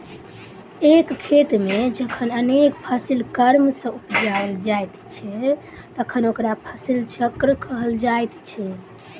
एक खेत मे जखन अनेक फसिल क्रम सॅ उपजाओल जाइत छै तखन ओकरा फसिल चक्र कहल जाइत छै